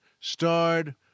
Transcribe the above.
starred